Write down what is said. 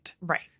right